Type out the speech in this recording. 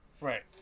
Right